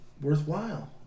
worthwhile